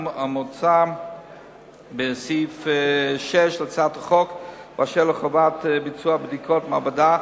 המוצע בסעיף 6 להצעת החוק באשר לחובת ביצוע בדיקות מעבדה,